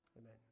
Amen